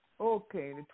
Okay